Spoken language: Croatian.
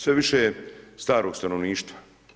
Sve više je starog stanovništva.